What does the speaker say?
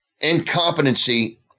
incompetency